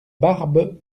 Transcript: barbe